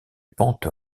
pente